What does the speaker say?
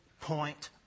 point